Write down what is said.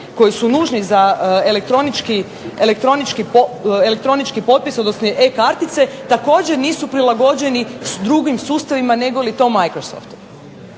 koji su nužni za elektronički potpis odnosno e-kartice, također nisu prilagođeni sa drugim sustavima nego li je to microsoft.